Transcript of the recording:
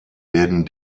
werden